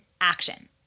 action